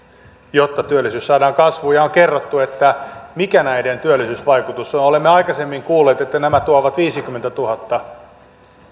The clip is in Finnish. jotta työllisyys saadaan kasvuun ja on kerrottu mikä näiden työllisyysvaikutus on olemme aikaisemmin kuulleet että nämä tuovat viisikymmentätuhatta